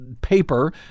paper